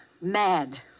Mad